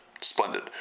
splendid